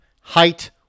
height